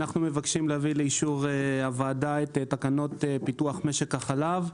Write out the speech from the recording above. אנחנו מבקשים להביא לאישור הוועדה את תקנות פיתוח משק החלב,